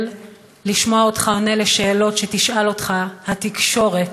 לשמוע אותך עונה לשאלות שתשאל אותך התקשורת,